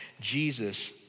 Jesus